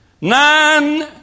nine